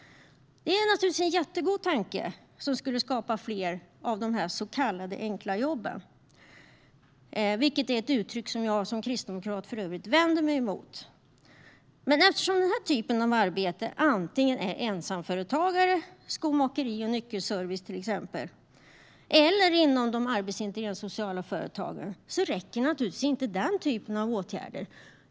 Det är naturligtvis en jättegod tanke som skulle skapa fler av de så kallade enkla jobben, vilket är ett uttryck som jag som kristdemokrat för övrigt vänder mig emot. Men eftersom denna typ av arbete antingen utförs av ensamföretagare, till exempel skomakeri och nyckelservice, eller inom de arbetsintegrerande sociala företagen räcker naturligtvis inte den typen av åtgärder.